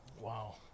Wow